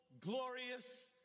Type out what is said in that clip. glorious